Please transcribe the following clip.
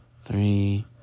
three